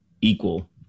equal